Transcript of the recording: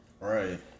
Right